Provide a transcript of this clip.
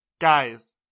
Guys